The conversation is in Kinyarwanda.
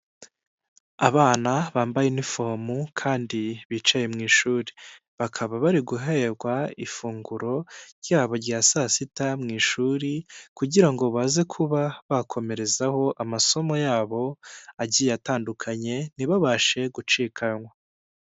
Abana bambaye inifomu kandi bicaye mu ishuri, bakaba bari guherwa ifunguro ryabo rya saa sita mu ishuri, kugira ngo baze kuba bakomerezaho amasomo yabo agiye atandukanye, ntibabashe gucikanwa.